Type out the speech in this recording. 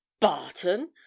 barton